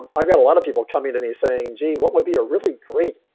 i've got a lot of people coming to me saying, gee, what would be a really great